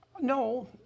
No